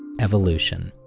evolution.